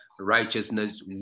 righteousness